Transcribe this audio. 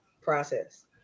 process